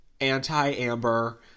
anti-Amber